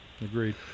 Agreed